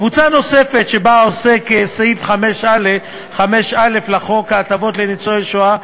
קבוצה נוספת שבה עוסק סעיף 5א לחוק ההטבות לניצולי שואה,